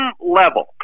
level